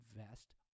invest